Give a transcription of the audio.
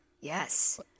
Yes